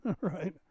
Right